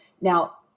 Now